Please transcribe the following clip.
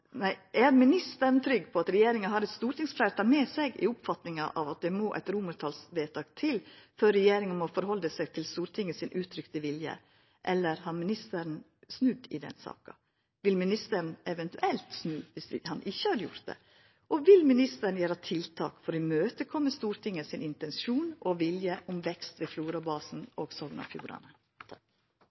romartalsvedtak til før regjeringa må halda seg til Stortinget sin uttrykte vilje? Eller har ministeren snudd i saka? Vil ministeren eventuelt snu viss han ikkje hadde gjort det? Og: Vil ministeren gjera tiltak for å imøtekoma Stortinget sin intensjon og vilje om vekst ved Florabasen og